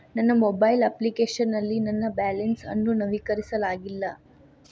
ನನ್ನ mobile application ನಲ್ಲಿ ನನ್ನ ಬ್ಯಾಲೆನ್ಸ್ ಅನ್ನು ನವೀಕರಿಸಲಾಗಿಲ್ಲ